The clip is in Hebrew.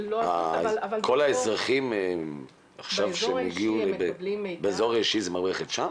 כל האזרחים עכשיו שהגיעו באזור האישי זו המערכת שם?